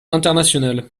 international